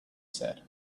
said